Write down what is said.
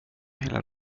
hela